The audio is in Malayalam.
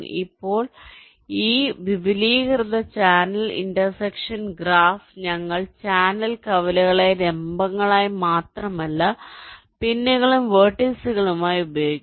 ഇപ്പോൾ ഈ വിപുലീകൃത ചാനൽ ഇന്റർസെക്ഷൻ ഗ്രാഫിൽ ഞങ്ങൾ ചാനൽ കവലകളെ ലംബങ്ങളായി മാത്രമല്ല പിന്നുകളും വെർട്ടിസുകളായി ഉപയോഗിക്കുന്നു